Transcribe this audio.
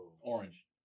Orange